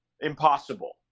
impossible